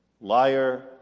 liar